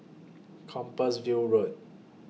Compassvale Road